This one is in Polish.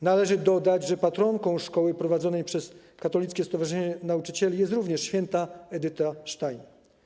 Należy dodać, że patronką szkoły prowadzonej przez katolickie stowarzyszenie nauczycieli jest również św. Edyta Stein.